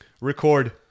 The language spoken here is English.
record